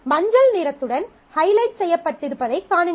மஞ்சள் நிறத்துடன் ஹைலைட் செய்யப்பட்டிருப்பதைக் காணுங்கள்